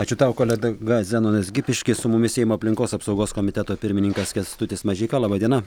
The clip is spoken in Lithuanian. ačiū tau koledga zenonas gipiškis su mumis seimo aplinkos apsaugos komiteto pirmininkas kęstutis mažeika laba diena